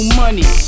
money